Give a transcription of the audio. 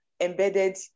embedded